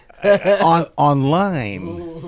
Online